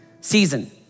Season